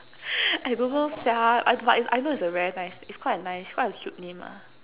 I don't know sia I but I know is a very nice is quite a nice quite a cute name ah